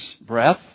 breath